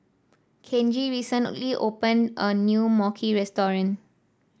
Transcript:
Kenji recently opened a new Mochi restaurant